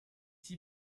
six